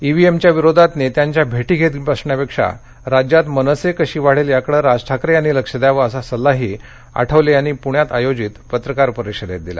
EVM विरोधात नेत्यांच्या भेटी घेत बसंण्यापेक्षा राज्यात मनसे कशी वाढेल याकडे राज ठाकरे यांनी लक्ष द्यावे असा सल्लाही आठवले यांनी पुण्यात आयोजित पत्रकार परिषदेत दिला